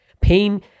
Pain